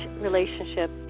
relationship